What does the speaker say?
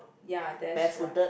ya that's right